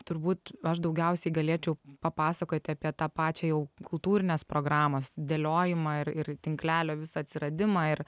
turbūt aš daugiausiai galėčiau papasakoti apie tą pačią jau kultūrinės programos dėliojimą ir ir tinklelio visą atsiradimą ir